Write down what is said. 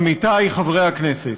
עמיתי חברי הכנסת,